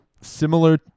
similar